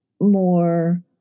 more